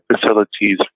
facilities